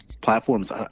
Platforms